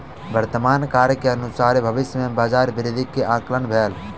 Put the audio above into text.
वर्तमान कार्य के अनुसारे भविष्य में बजार वृद्धि के आंकलन भेल